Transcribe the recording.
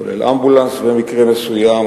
כולל אמבולנס במקרה מסוים,